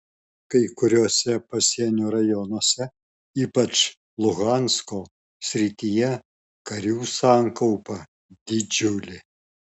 kai kuriuose pasienio rajonuose ypač luhansko srityje karių sankaupa didžiulė